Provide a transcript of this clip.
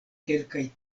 kelkaj